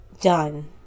done